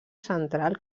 central